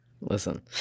Listen